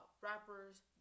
rappers